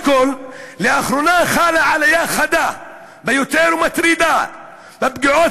לאחרונה חלה עלייה חדה ביותר ומטרידה בפגיעות